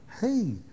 hey